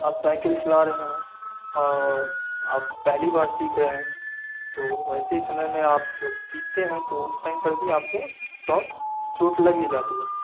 آپ سائیکل چلا رہے ہیں اور آپ پہلی بار سیکھ رہے ہیں تو ویسے سمے میں آپ جب سیکھتے ہیں تو اس ٹائم پر بھی آپ کو چوٹ چوٹ لگ ہی جاتی ہے